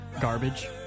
Garbage